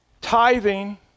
tithing